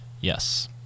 Yes